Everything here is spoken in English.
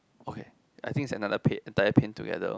okay I think is another paint entire paint together loh